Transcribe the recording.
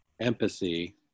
empathy